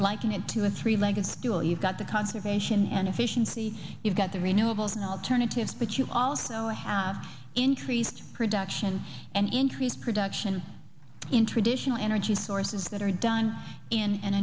liken it to a three legged stool you've got the conservation and efficiency you've got the renewables and alternatives but you also have increased production and increased production in traditional energy sources that are done in an